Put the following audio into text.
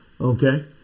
okay